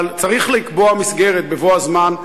אבל צריך לקבוע מסגרת בבוא הזמן,